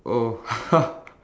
oh